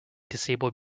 disabled